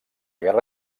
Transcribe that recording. guerra